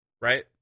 Right